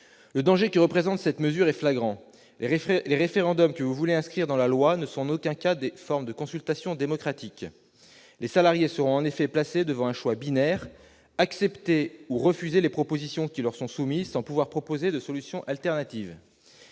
Le danger que présente cette mesure est flagrant : le référendum que vous voulez inscrire dans la loi n'est en aucun cas une forme de consultation démocratique. Les salariés seront en effet placés devant un choix binaire : accepter ou refuser les propositions qui leur sont soumises, sans pouvoir proposer une autre solution.